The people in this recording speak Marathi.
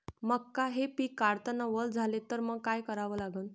मका हे पिक काढतांना वल झाले तर मंग काय करावं लागन?